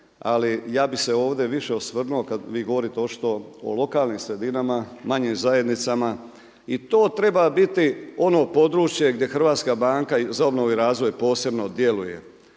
Ali ja bih se ovdje više osvrnuo kada vi govorite o čito o lokalnim sredinama, manjim zajednicama. I to treba biti ono područje gdje HBOR posebno djeluje.